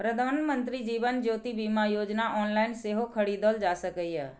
प्रधानमंत्री जीवन ज्योति बीमा योजना ऑनलाइन सेहो खरीदल जा सकैए